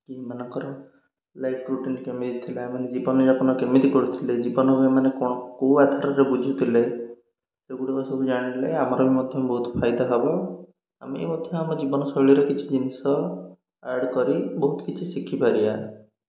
କି ଏମାନଙ୍କର life routine କେମିତି ଥିଲା ମାନେ ଜୀବନଯାପନ କେମିତି କରୁଥିଲେ ଜୀବନମାନେ କ'ଣ କେଉଁ ଆଧାରରେ ବୁଝୁ ଥିଲେ ସେଗୁଡ଼ିକ ସବୁ ଜାଣିଲେ ଆମର ବି ମଧ୍ୟ ବହୁତ ଫାଇଦା ହବ ଆମେ ମଧ୍ୟ ଆମ ଜୀବନଶୈଳୀର କିଛି ଜିନିଷ ଆଡ଼ କରି ବହୁତ କିଛି ଶିଖିପାରିବା